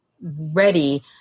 ready